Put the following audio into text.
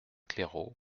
claireaux